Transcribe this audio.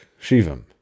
Shivam